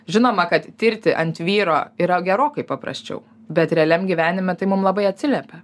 žinoma kad tirti ant vyro yra gerokai paprasčiau bet realiam gyvenime tai mum labai atsiliepia